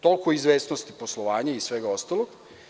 Toliko o izvesnosti poslovanja i svega ostalog.